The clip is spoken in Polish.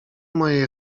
mojej